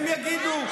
הם יגידו,